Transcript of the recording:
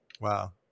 Wow